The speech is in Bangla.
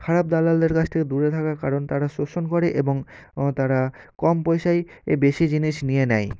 খারাপ দালালদের কাছ থেকে দূরে থাকার কারণ তারা শোষণ করে এবং তারা কম পয়সায় এ বেশি জিনিস নিয়ে নেয়